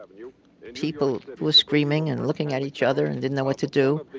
um you know people were screaming and looking at each other and didn't know what to do.